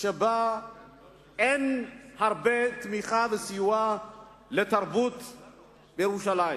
שבה אין הרבה תמיכה וסיוע לתרבות בירושלים.